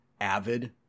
avid